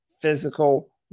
physical